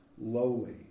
Lowly